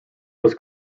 was